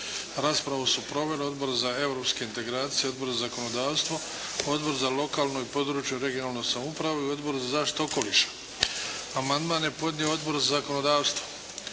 Raspravu su proveli Odbor za europske integracije, Odbor za zakonodavstvo, Odbor za lokalnu i područnu (regionalnu) samoupravu i Odbor za zaštitu okoliša. Amandman je podnio Odbor za zakonodavstvo.